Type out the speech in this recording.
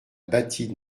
bâtie